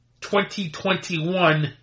2021